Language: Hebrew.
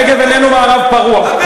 הנגב איננו מערב פרוע.